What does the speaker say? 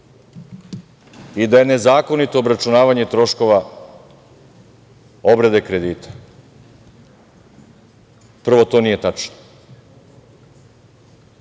i da je nezakonito obračunavanje troškova obrade kredita. Prvo, to nije tačno.